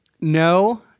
No